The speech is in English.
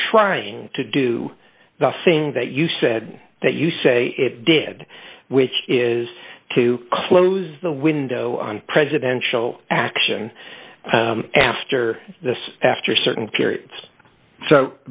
trying to do the thing that you said that you say it did which is to close the window on presidential action after the after certain periods so